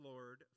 Lord